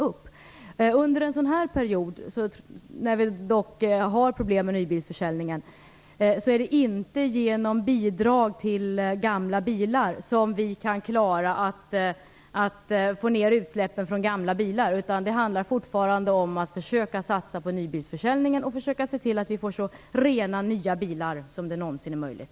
Under en sådan här period, då vi har problem med nybilsförsäljningen, är det inte genom bidrag till gamla bilar som vi kan få ner utsläppen. Det handlar fortfarande om att försöka satsa på nybilsförsäljningen och försöka se till att vi får så rena nya bilar som det någonsin är möjligt.